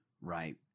Right